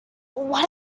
what